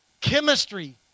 chemistry